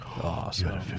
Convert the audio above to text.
awesome